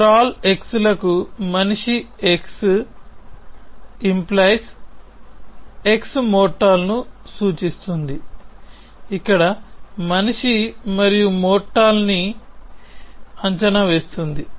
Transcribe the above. ∀ x లకు మనిషి x🡪x mortal ను సూచిస్తుంది ఇక్కడ మనిషి మరియు మోర్టల్ ని అంచనా వేస్తుంది